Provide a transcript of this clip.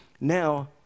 Now